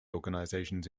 organizations